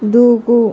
దూకు